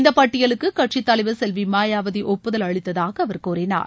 இந்த பட்டியலுக்கு கட்சி தலைவர் செல்வி மாயாவதி ஒப்புதல் அளித்ததாக அவர் கூறினார்